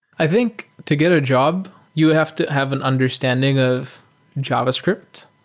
i think to get a job, you have to have an understanding of javascript.